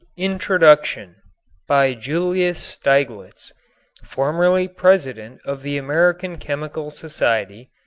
introduction by julius stieglitz formerly president of the american chemical society,